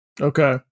Okay